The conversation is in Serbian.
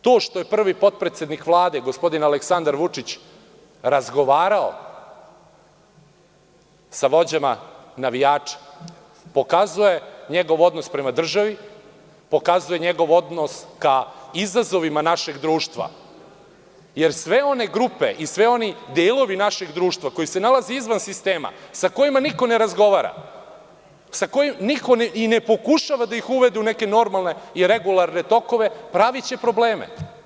To što je prvi potpredsednik Vlade gospodin Aleksandar Vučić razgovarao sa vođama navijača pokazuje njegov odnos prema državi, pokazuje njegov odnos ka izazovima našeg društva, jer sve one grupe i svi oni delovi našeg društva koji se nalaze izvan sistema, sa kojima niko ne razgovara, sa kojima niko i ne pokušava da ih uvede u neke normalne i regularne tokove, praviće probleme.